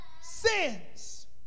sins